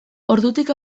ordutik